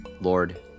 Lord